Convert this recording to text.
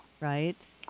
right